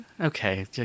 okay